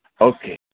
Okay